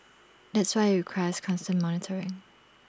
that's why IT requires constant monitoring